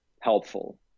helpful